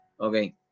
Okay